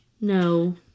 No